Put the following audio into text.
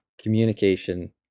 communication